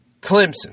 clemson